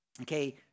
okay